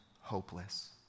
hopeless